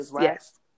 yes